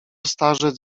starzec